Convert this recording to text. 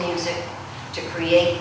music to create